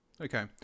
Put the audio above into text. Okay